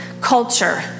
culture